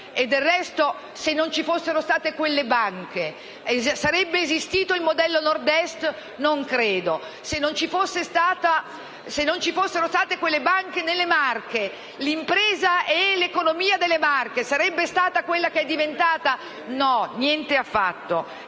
Del resto, se non ci fossero state quelle banche, non credo sarebbe esistito il modello Nord-Est; se non ci fossero state quelle banche nelle Marche, l'impresa e l'economia di quella Regione sarebbero state quelle che sono diventate? No, niente affatto.